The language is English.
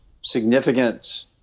significant